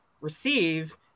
receive